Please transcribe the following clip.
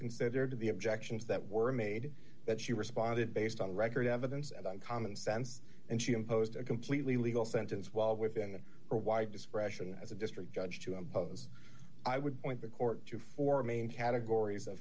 considered the objections that were made that she responded based on the record evidence and on common sense and she imposed a completely legal sentence while within her white discretion as a district judge to impose i would point the court to four main categories